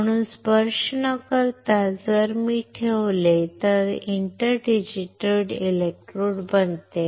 म्हणून स्पर्श न करता जर मी ठेवले तर ते इंटर डिजीटेटेड इलेक्ट्रोड बनते